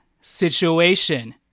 situation